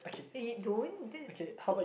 eh you don't this is so